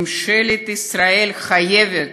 ממשלת ישראל חייבת,